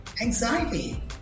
Anxiety